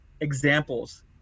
examples